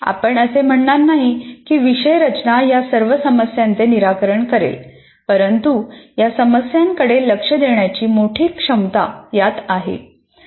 आपण असे म्हणणार नाही की विषय रचना या सर्व समस्यांचे निराकरण करेल परंतु या समस्यांकडे लक्ष देण्याची मोठी क्षमता यात आहे